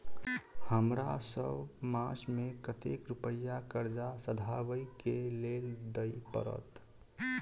हमरा सब मास मे कतेक रुपया कर्जा सधाबई केँ लेल दइ पड़त?